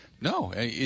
No